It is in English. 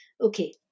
Okay